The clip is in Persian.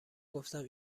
گفتم